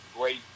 great